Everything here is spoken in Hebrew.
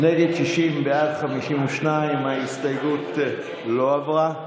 נגד, 60, בעד, 52. ההסתייגות לא עברה.